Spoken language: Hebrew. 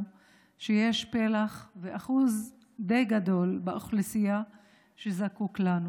שיש פלח ואחוז די גדול באוכלוסייה שזקוק לנו.